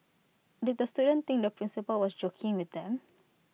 did the students think the principal was joking with them